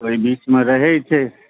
ओहि बीचमे रहै छै